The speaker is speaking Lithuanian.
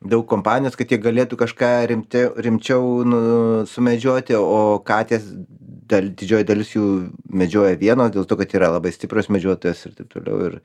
daug kompanijos kad jie galėtų kažką rimte rimčiau nu sumedžioti o katės dar didžioji dalis jų medžioja vienos dėl to kad yra labai stiprios medžiotojos ir taip toliau ir